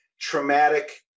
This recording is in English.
traumatic